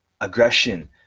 aggression